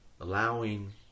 Allowing